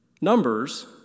numbers